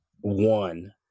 one